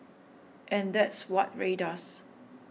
and that's what Rae does